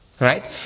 Right